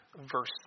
verse